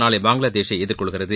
நாளை பங்களாதேஷை எதிர்கொள்கிறது